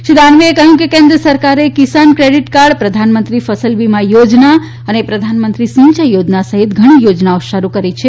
શ્રી દાનવે એ કહ્યું કે કેન્દ્ર સરકારે કિસાન ક્રેડીટ કાર્ડ પ્રધાનમંત્રી ફસલ વીમા યોજના અને પ્રધાનમંત્રી સિંયાઇ યોજના સહિત ઘણી યોજનાઓ શરૂ કરી છે